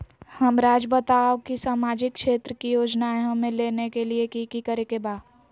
हमराज़ बताओ कि सामाजिक क्षेत्र की योजनाएं हमें लेने के लिए कि कि करे के बा?